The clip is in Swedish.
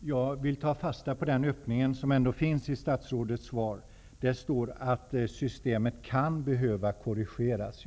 Jag vill ta fasta på den öppning som ändå finns i statsrådets svar. Där står att systemet kan behöva korrigeras.